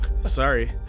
sorry